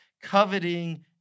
coveting